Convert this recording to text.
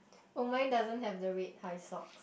oh mine doesn't have the red high sock